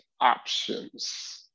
options